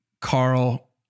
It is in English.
Carl